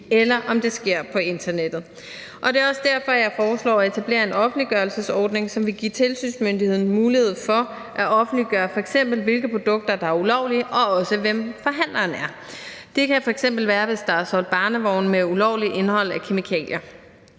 eller om det sker på internettet. Og det er også derfor, jeg foreslår at etablere en offentliggørelsesordning, som vil give tilsynsmyndigheden mulighed for at offentliggøre, f.eks. hvilke produkter der er ulovlige, og også hvem forhandleren er. Det kan f.eks. være en situation, hvor der er solgt barnevogne med ulovligt indhold af kemikalier.